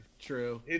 True